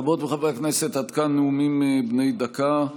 חברות וחברי הכנסת, עד כאן נאומים בני דקה.